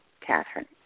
Catherine